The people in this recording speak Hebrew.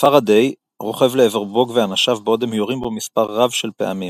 פאראדיי רוכב לעבר בוג ואנשיו בעוד הם יורים בו מספר רב של פעמים.